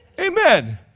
Amen